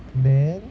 math